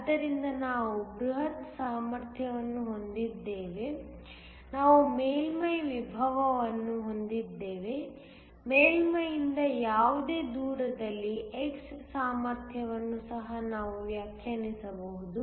ಆದ್ದರಿಂದ ನಾವು ಬೃಹತ್ ಸಾಮರ್ಥ್ಯವನ್ನು ಹೊಂದಿದ್ದೇವೆ ನಾವು ಮೇಲ್ಮೈ ವಿಭವವನ್ನು ಹೊಂದಿದ್ದೇವೆ ಮೇಲ್ಮೈಯಿಂದ ಯಾವುದೇ ದೂರದಲ್ಲಿ x ಸಾಮರ್ಥ್ಯವನ್ನು ಸಹ ನಾವು ವ್ಯಾಖ್ಯಾನಿಸಬಹುದು